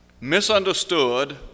misunderstood